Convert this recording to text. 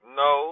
no